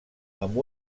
amb